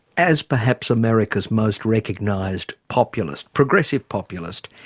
as perhaps america's most recognised populist, progressive populist,